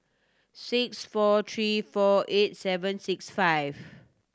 six four three four eight seven six five